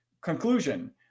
Conclusion